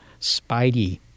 Spidey